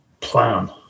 Plan